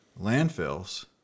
landfills